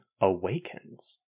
awakens